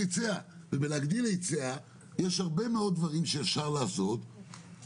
ובלהגדיל היצע יש הרבה מאוד דברים שאפשר לעשות,